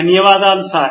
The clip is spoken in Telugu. ధన్యవాదాలు సార్